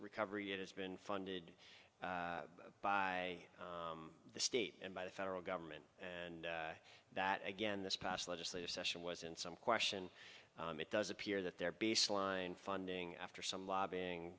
recovery it has been funded by the state and by the federal government and that again this past legislative session was in some question it does appear that their baseline funding after some lobbying